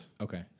Okay